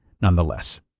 nonetheless